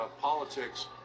politics